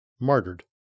martyred